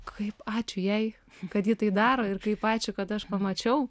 kaip ačiū jai kad ji tai daro ir kaip ačiū kad aš pamačiau